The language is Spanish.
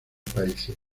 países